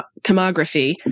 tomography